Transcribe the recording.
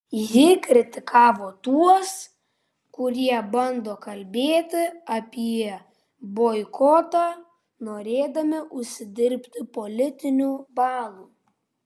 ji kritikavo tuos kurie bando kalbėti apie boikotą norėdami užsidirbti politinių balų